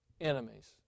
enemies